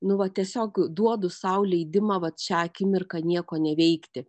nu va tiesiog duodu sau leidimą vat šią akimirką nieko neveikti